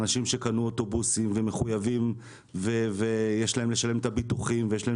אנשים שקנו אוטובוסים ומחויבים ויש להם לשלם את הביטוחים ויש להם